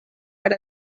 per